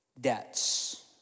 debts